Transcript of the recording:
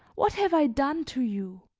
what have i done to you?